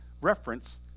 reference